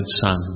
Son